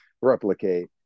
replicate